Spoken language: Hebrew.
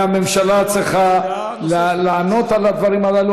והממשלה צריכה לענות על הדברים הללו,